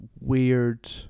weird